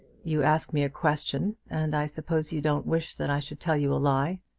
you ask me a question, and i suppose you don't wish that i should tell you a lie.